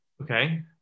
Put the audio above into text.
Okay